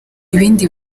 ibindi